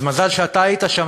אז מזל שאתה היית שם,